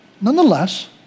Nonetheless